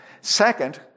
Second